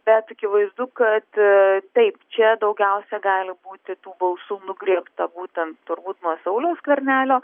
bet akivaizdu kad aaa taip čia daugiausia gali būti tų balsų nugreibta būtent turbūt nuo sauliaus skvernelio